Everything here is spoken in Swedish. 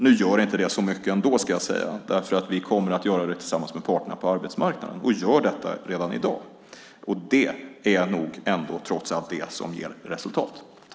Nu gör inte det så mycket ändå, ska jag säga, därför att vi kommer att göra det tillsammans med parterna på arbetsmarknaden och gör det redan i dag, och det är nog ändå trots allt det som ger resultat.